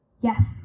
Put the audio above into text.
Yes